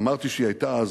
אמרתי שהיא היתה אז